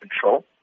control